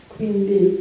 Quindi